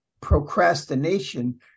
procrastination